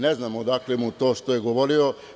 Ne znam odakle mu to što je govorio.